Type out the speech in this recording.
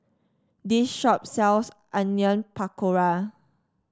this shop sells Onion Pakora